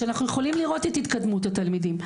שאנחנו יכולים לראות את התקדמות התלמידים.